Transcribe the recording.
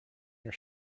your